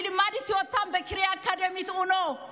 אני לימדתי אותן בקריית אונו.